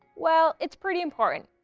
well, it's pretty important.